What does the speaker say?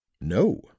No